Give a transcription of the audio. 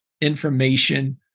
information